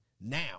now